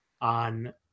on